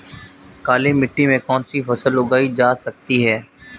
काली मिट्टी में कौनसी फसल उगाई जा सकती है?